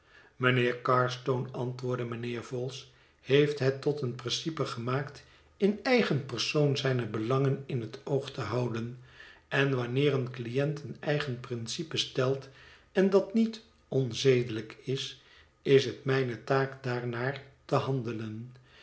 mijnheer carstone antwoordde mijnheer vholes heeft het tot een principe gemaakt in eigen persoon zijne belangen in het oog te houden en wanneer een cliënt een eigen principe stelt en dat niet onzedelijk is is het mijne taak daarnaar te handelen